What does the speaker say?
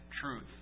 truth